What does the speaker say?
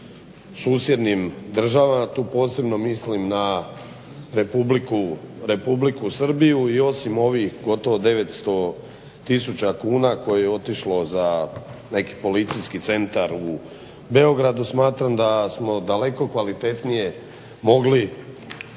susjednim državama, a tu posebno mislim na Republiku Srbiju i osim ovih gotovo 900 tisuća kuna koje je otišlo za neki policijski centar u Beogradu, smatram da smo daleko kvalitetnije mogli,